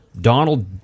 Donald